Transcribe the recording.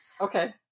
Okay